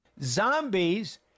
Zombies